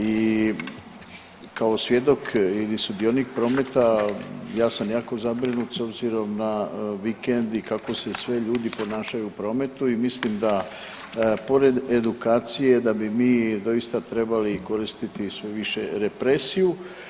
I kao svjedok ili sudionik prometa ja sam jako zabrinut s obzirom na vikend i kako se sve ljudi ponašaju u prometu i mislim da pored edukacije da bi mi doista trebali koristiti sve više represiju.